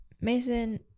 Mason